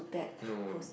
no